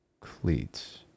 cleats